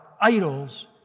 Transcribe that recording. idols